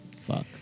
fuck